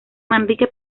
manrique